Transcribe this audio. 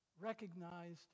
recognized